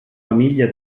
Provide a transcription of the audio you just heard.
famiglia